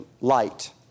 light